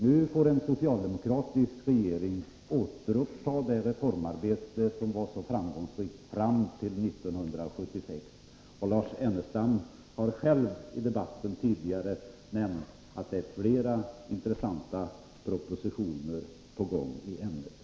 Nu får den socialdemokratiska regeringen återuppta det reformarbete som var så framgångsrikt fram till år 1976. Lars Ernestam har själv tidigare i debatten nämnt att flera intressanta propositioner i ämnet är på gång.